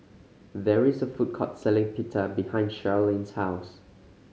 there is a food court selling Pita behind Sharlene's house